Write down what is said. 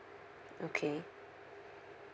okay